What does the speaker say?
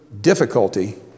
difficulty